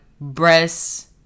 breasts